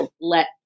let